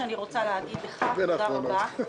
להגיד לך תודה רבה.